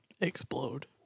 Explode